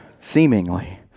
seemingly